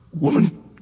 Woman